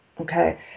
okay